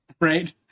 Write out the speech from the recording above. right